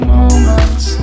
moments